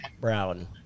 brown